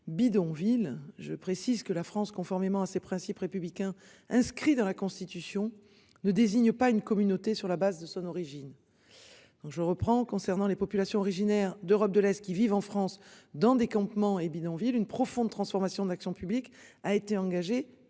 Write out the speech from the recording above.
bidonvilles. Je précise que la France conformément à ses principes républicains inscrit dans la Constitution ne désigne pas une communauté sur la base de son origine. Donc je reprends concernant les populations originaires d'Europe de l'Est qui vivent en France dans des campements et bidonvilles une profonde transformation de l'action publique a été engagé